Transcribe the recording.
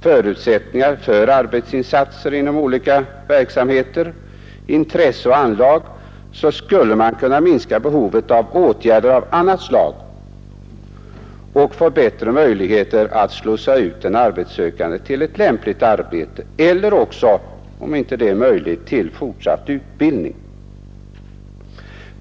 förutsättningar för arbetsinsatser inom olika verksamheter, intresse och anlag skulle man kunna minska behovet av åtgärder av annat slag och få bättre möjligheter att slussa ut den arbetssökande till ett lämpligt arbete eller, om det inte är möjligt, till fortsatt utbildning.